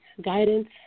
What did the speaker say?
guidance